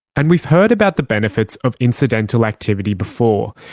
and we've heard about the benefits of incidental activity before.